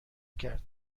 کرد